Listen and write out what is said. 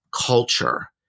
culture